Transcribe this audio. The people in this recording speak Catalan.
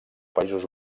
països